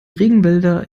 regenwälder